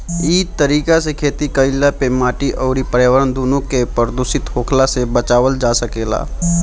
इ तरीका से खेती कईला पे माटी अउरी पर्यावरण दूनो के प्रदूषित होखला से बचावल जा सकेला